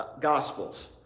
Gospels